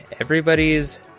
Everybody's